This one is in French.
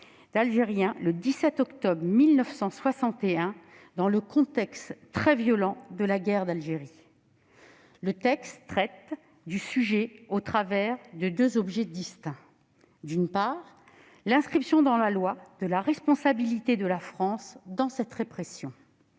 algériens le 17 octobre 1961, dans le contexte très violent de la guerre d'Algérie. Le présent texte traite de ce sujet deux objets distincts : d'une part, l'inscription dans la loi de la responsabilité de la France dans cette répression